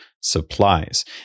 supplies